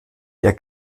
der